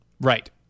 Right